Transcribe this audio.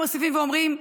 הם מוסיפים ואומרים,